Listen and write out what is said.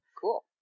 Cool